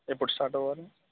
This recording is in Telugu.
ఎప్పుడు స్టార్ట్ అవ్వాలి